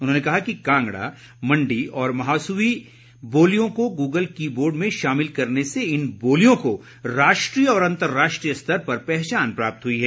उन्होंने कहा कि कांगड़ा मण्डी और महासुवी की बोलियों को गूगल की बोर्ड में शामिल करने से इन बोलियों को राष्ट्रीय और अंतर्राष्ट्रीय स्तर पर पहचान प्राप्त हुई है